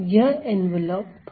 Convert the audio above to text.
तो यह एन्वॉलप है